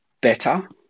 better